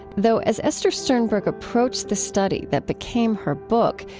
though, as esther sternberg approached the study that became her book,